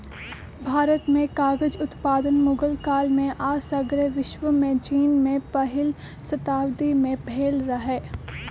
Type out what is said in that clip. भारत में कागज उत्पादन मुगल काल में आऽ सग्रे विश्वमें चिन में पहिल शताब्दी में भेल रहै